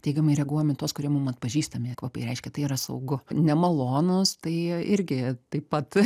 teigiamai reaguojam į tuos kurie mum atpažįstami kvapai reiškia tai yra saugu nemalonūs tai irgi taip pat